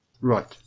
Right